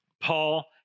Paul